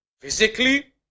Physically